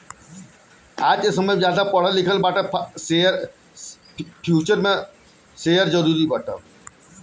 futures सौदा के share खरीदला में फायदा बाटे